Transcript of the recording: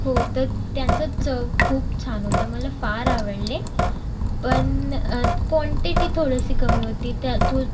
हो तं त्यांचं चव खूप छान होतं मला फार आवडले पण क्वान्टिटी थोडीशी कमी होती त्यातून